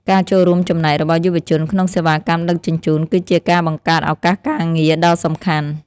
ការចូលរួមចំណែករបស់យុវជនក្នុងសេវាកម្មដឹកជញ្ជូន គឺជាការបង្កើតឱកាសការងារដ៏សំខាន់។